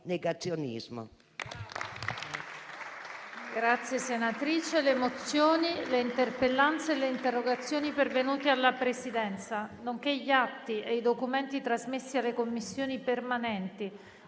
una nuova finestra"). Le mozioni, le interpellanze e le interrogazioni pervenute alla Presidenza, nonché gli atti e i documenti trasmessi alle Commissioni permanenti